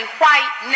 white